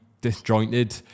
disjointed